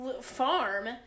farm